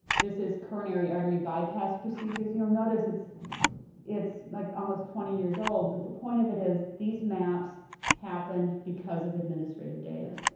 this is coronary artery bypass procedures. you'll notice it's it's like almost twenty years old, but the point of it is, these maps happened because of administrative data.